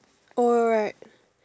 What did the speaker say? oh right right